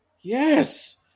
Yes